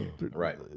Right